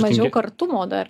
mažiau kartumo dar